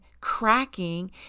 cracking